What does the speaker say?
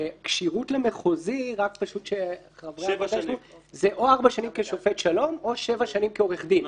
שכשירות למחוזי זה או ארבע שנים כשופט שלום או שבע שנים כעורך דין,